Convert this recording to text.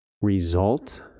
result